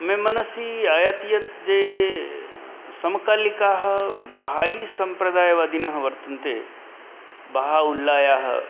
मे मनसि आयाति यत् ये समकालिकाः भायीसम्प्रदायवादिनः वर्तन्ते बह उल्लायाः